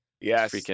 Yes